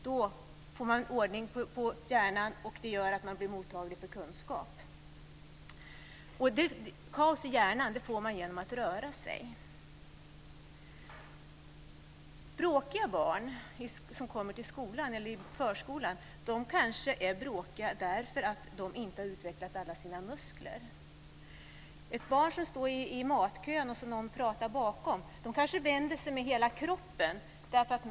Då får man ordning på hjärnan, och det gör att man blir mottaglig för kunskap. Kaos i hjärnan får man genom att röra sig. Bråkiga barn i förskolan eller skolan är kanske bråkiga därför att de inte har utvecklat alla sina muskler. Ett barn i matkön vänder sig kanske med hela kroppen när någon bakom pratar.